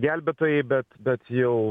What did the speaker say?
gelbėtojai bet bet jau